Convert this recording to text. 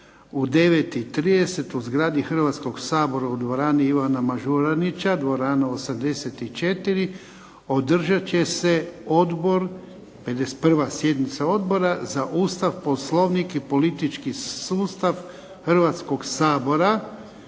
9 i 30 u zgradi Hrvatskog sabora u dvorani "Ivana Mažuranića", dvorana 84. održat će se Odbor, 51. sjednica Odbora za Ustav, Poslovnik i politički sustav Hrvatskoga sabora,